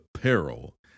peril